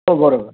हो बरोबर